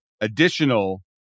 additional